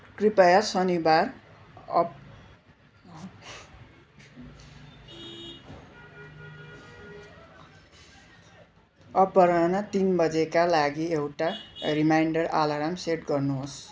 कृपया शनिवार अप अपराह्न तिन बजेका लागि एउटा रिमाइन्डर अलार्म सेट गर्नु होस्